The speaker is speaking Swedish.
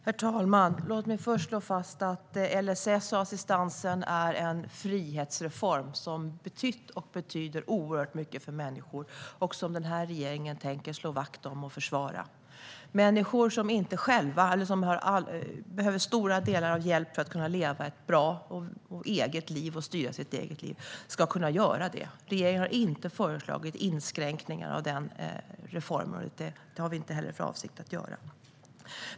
Herr talman! Låt mig först slå fast att LLS och assistansen är en frihetsreform som har betytt och betyder oerhört mycket för människor. Den här regeringen tänker slå vakt om och försvara den reformen. Människor som behöver mycket hjälp för att kunna leva ett bra liv som de själva styr över ska kunna göra det. Regeringen har inte föreslagit inskränkningar av den reformen, och det har vi inte heller för avsikt att göra.